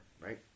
right